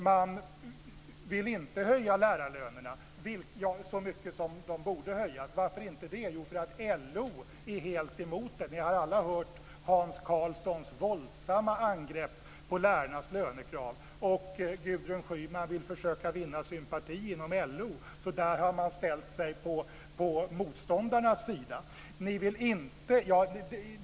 Man vill inte höja lärarlönerna så mycket som de borde höjas. Varför vill man inte det? Jo, för att LO är helt emot det. Vi har alla hört Hans Karlssons våldsamma angrepp på lärarnas lönekrav, och Gudrun Schyman vill försöka vinna sympati inom LO. Därför har man ställt sig på motståndarnas sida.